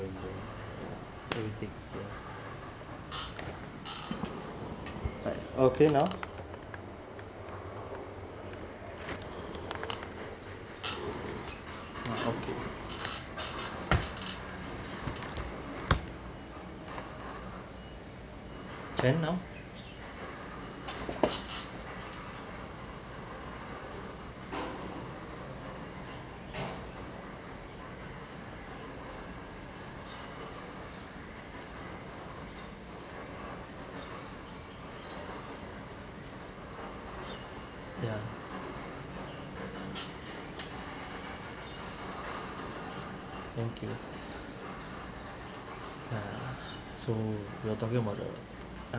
but okay now okay can now yeah thank you yeah so you were talking about the